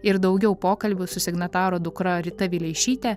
ir daugiau pokalbių su signataro dukra rita vileišyte